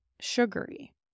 sugary